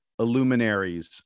illuminaries